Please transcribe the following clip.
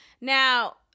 Now